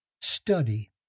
study